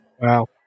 Wow